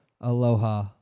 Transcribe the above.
Aloha